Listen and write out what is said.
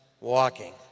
walking